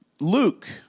Luke